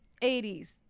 80s